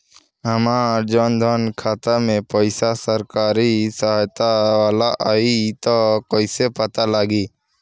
हमार जन धन खाता मे पईसा सरकारी सहायता वाला आई त कइसे पता लागी?